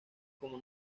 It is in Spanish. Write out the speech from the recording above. como